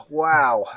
wow